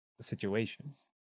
situations